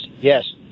Yes